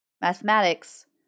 mathematics